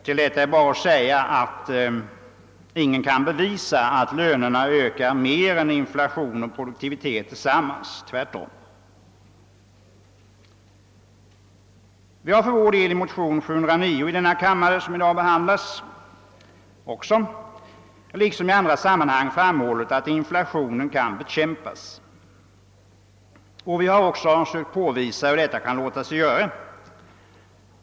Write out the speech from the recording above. Till detta är bara att säga att ingen kan bevisa att lönerna ökar mer än inflation och produktivitet tillsammans — tvärtom. Vi har för vår del i de likalydande motionerna I: 588 och II: 709 liksom i andra sammanhang framhållit att inflationen kan bekämpas. Vi har också försökt påvisa hur detta kan låta sig göra.